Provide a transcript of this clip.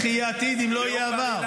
איך יהיה עתיד אם לא יהיה עבר?